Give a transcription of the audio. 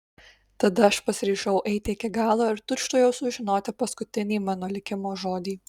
tada aš pasiryžau eiti iki galo ir tučtuojau sužinoti paskutinį mano likimo žodį